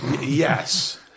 Yes